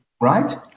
right